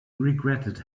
regretted